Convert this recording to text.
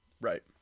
Right